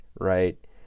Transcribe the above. right